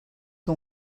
que